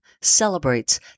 celebrates